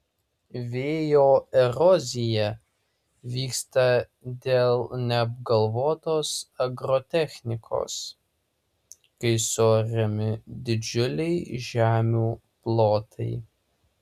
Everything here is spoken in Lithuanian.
vėjo erozija vyksta dėl neapgalvotos agrotechnikos kai suariami didžiuliai žemių plotai